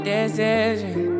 Decision